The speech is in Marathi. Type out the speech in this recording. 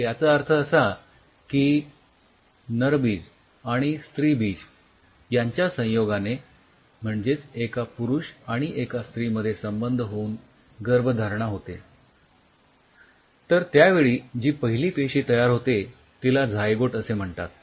तर याचा अर्थ असा की नरबीज आणि स्त्रीबीज त्यांच्या संयोगाने म्हणजेच एका पुरुष आणि एका स्त्रीमध्ये संबंध होऊन गर्भधारणा होते तर त्यावेळी जी पहिली पेशी तयार होते तिला झायगोट असे म्हणतात